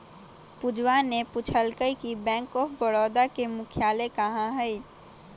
पूजवा ने पूछल कई कि बैंक ऑफ बड़ौदा के मुख्यालय कहाँ हई?